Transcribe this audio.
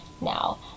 now